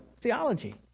theology